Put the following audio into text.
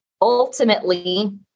ultimately